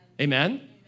Amen